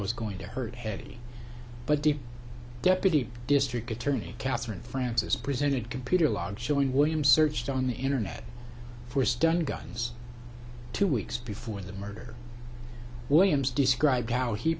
was going to hurt heady but deep deputy district attorney catherine francis presented computer log showing william searched on the internet for stun guns two weeks before the murder williams described how he